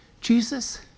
Jesus